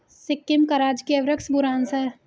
सिक्किम का राजकीय वृक्ष बुरांश है